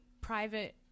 private